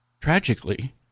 tragically